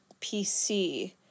PC